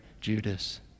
Judas